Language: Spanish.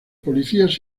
policías